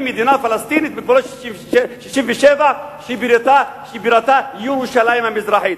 מדינה פלסטינית בגבולות 67' שבירתה ירושלים המזרחית,